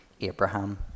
Abraham